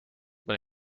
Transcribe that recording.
ben